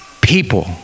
people